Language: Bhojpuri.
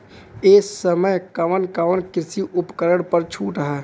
ए समय कवन कवन कृषि उपकरण पर छूट ह?